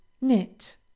Knit